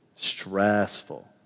stressful